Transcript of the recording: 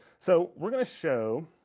so we're gonna show